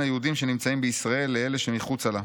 היהודים שנמצאים בישראל לאלה שמחוצה לה,